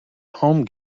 home